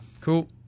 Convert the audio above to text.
Cool